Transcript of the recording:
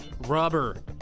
rubber